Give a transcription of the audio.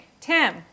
Tim